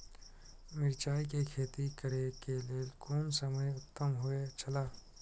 मिरचाई के खेती करे के लेल कोन समय उत्तम हुए छला?